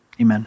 Amen